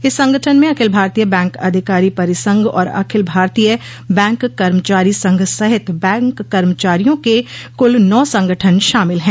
इस संगठन में अखिल भारतीय बैंक अधिकारी परिसंघ और अखिल भारतीय बैंक कर्मचारी संघ सहित बैंक कर्मचारियों के कुल नौ संगठन शामिल हैं